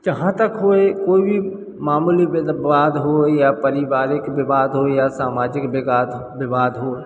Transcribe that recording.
जहाँ तक होए कोई भी मामूली विवाद हो या परिवारिक विवाद हो या सामाजिक विवाद हो